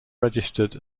registered